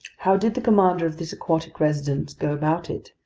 how did the commander of this aquatic residence go about it?